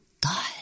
God